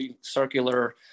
circular